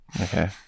Okay